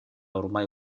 ormai